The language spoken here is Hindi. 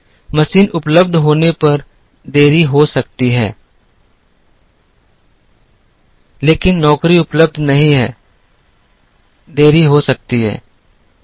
मशीन उपलब्ध होने पर देरी हो सकती है लेकिन नौकरी उपलब्ध नहीं है देरी हो सकती है